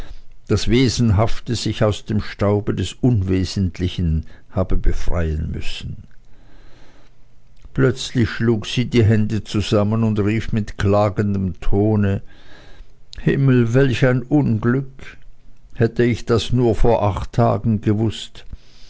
das wesenhafte sich aus dem staube des unwesentlichen habe befreien müssen plötzlich schlug sie die hände zusammen und rief mit klagendem tone himmel welch ein unglück hätt ich das nur vor acht tagen gewußt